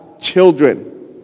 children